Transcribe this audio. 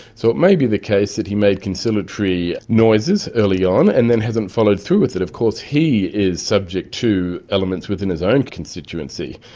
so it may be the case that he made conciliatory noises early on and then hasn't followed through with it. of course he is subject to elements within his own constituency,